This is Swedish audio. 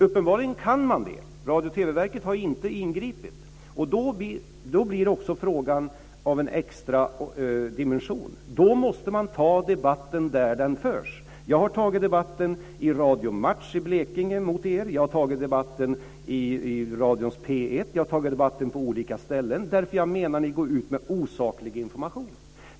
Uppenbarligen kan man det. Radio och TV-verket har inte ingripit. Då får frågan en extra dimension. Då måste man ta debatten där den förs. Jag har tagit debatten mot er i Radio Match i Blekinge. Jag har tagit debatten i radions P1. Jag har tagit debatten på olika ställen därför att jag menar att ni går ut med osaklig information.